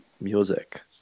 music